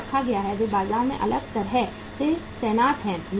उन्हें रखा गया है वे बाजार में अलग तरह से तैनात हैं